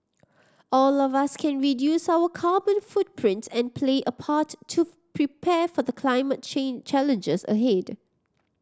all of us can reduce our carbon footprint and play a part to prepare for the climate challenges ahead